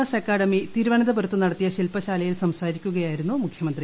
S academy തിരുവന്തപുരത്ത് നടത്തിയ ശില്പശാലയിൽ സംസാരിക്കുകയായിരുന്നു മുഖ്യമന്ത്രി